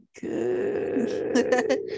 good